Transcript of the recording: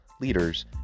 leaders